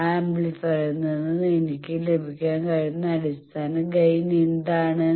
ആ ആംപ്ലിഫയറിൽ നിന്ന് എനിക്ക് ലഭിക്കാൻ കഴിയുന്ന അടിസ്ഥാന ഗൈൻ എന്താണ്